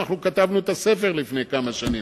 אנחנו כתבנו את הספר לפני כמה שנים,